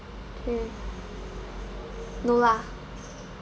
okay no lah